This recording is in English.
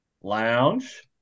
Lounge